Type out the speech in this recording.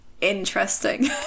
interesting